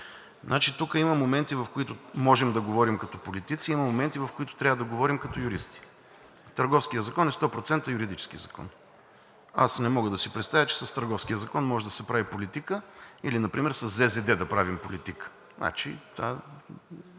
Тук има моменти, в които можем да говорим като политици, има моменти, в които трябва да говорим като юристи. Търговският закон е 100% юридически закон, аз не мога да си представя, че с Търговския закон може да се прави политика или например със ЗЗД да правим политика.